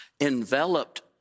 enveloped